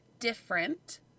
different